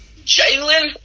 Jalen